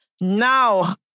Now